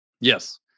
Yes